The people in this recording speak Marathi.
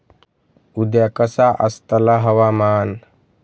उद्या कसा आसतला हवामान?